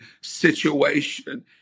situation